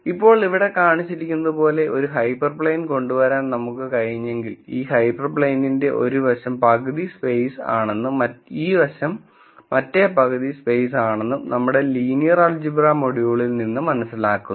ഇപ്പോൾ ഇവിടെ കാണിച്ചിരിക്കുന്നതുപോലുള്ള ഒരു ഹൈപ്പർപ്ലെയ്ൻ കൊണ്ടുവരാൻ നമുക്ക് കഴിഞ്ഞെങ്കിൽ ഈ ഹൈപ്പർപ്ലെയിനിന്റെ ഒരു വശം പകുതി സ്പേസ് ആണെന്നും ഈ വശം മറ്റേ പകുതി സ്പേസ് ആണെന്നും നമ്മുടെ ലീനിയർ ആൾജിബ്ര മൊഡ്യൂളിൽ നിന്ന് മനസ്സിലാക്കുന്നു